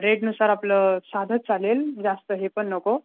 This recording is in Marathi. रेटनुसार आपलं साधंच चालेल जास्त हे पण नको